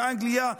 באנגליה,